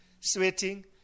sweating